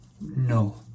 No